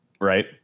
right